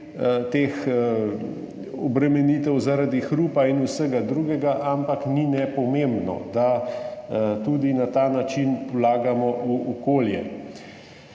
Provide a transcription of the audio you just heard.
teh obremenitev zaradi hrupa in vsega drugega, ampak ni nepomembno, da tudi na ta način vlagamo v okolje.